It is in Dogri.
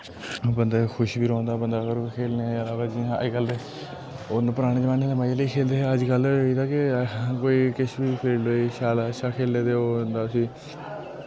बंदा खुश बी रौह्ंदा बंदा खेलने आवै जियां अज कल्ल पराने जमाने च मजे लेई खेलदे हे अजकल्ल ते कोई बी किश वी फील्ड होई शैल अच्छा खेले ते ओह् होंदा उस्सी